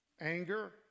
Anger